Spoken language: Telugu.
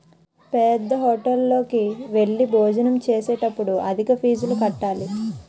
పేద్దహోటల్లోకి వెళ్లి భోజనం చేసేటప్పుడు అధిక ఫీజులు కట్టాలి